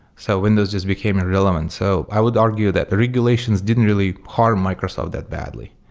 so windows just became irrelevant. so i would argue that regulations didn't really harm microsoft that badly.